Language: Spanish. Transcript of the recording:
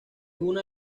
una